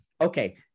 okay